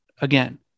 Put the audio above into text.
again